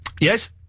Yes